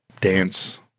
dance